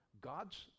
God's